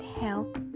help